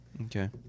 Okay